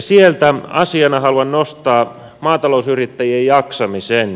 sieltä asiana haluan nostaa maatalousyrittäjien jaksamisen